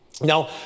Now